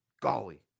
golly